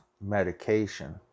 medication